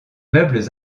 meubles